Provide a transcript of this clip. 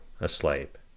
asleep